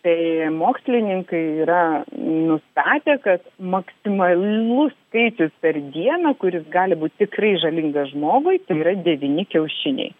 tai mokslininkai yra nustatę kad maksimalus skaičius per dieną kuris gali būt tikrai žalinga žmogui tai yra devyni kiaušiniai